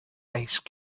ice